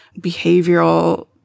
behavioral